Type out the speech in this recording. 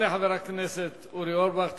תודה לחבר הכנסת אורי אורבך.